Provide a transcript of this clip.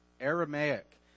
Aramaic